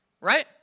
Right